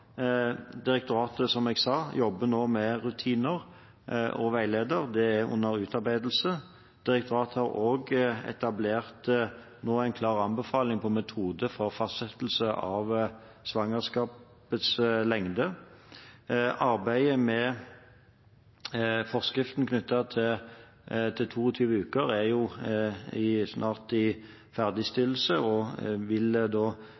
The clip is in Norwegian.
direktoratet jobber nå – som jeg sa – med rutiner. Veileder er under utarbeidelse. Direktoratet har også etablert en klar anbefaling av metode for fastsettelse av svangerskapets lengde. Arbeidet med forskriften knyttet til 22 uker er snart ferdigstilt, og dette vil da